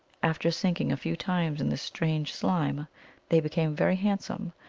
after sinking a few times in this strange slime they became very handsome,